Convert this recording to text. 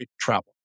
travel